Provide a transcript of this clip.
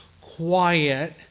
Quiet